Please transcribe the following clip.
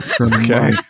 Okay